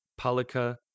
Palika